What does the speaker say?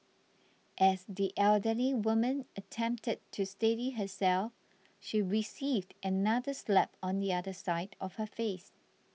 as the elderly woman attempted to steady herself she received another slap on the other side of her face